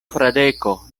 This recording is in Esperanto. fradeko